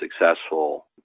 successful